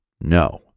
No